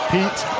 Pete